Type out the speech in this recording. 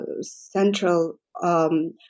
central